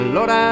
Lord